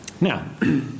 Now